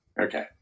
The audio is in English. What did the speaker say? Okay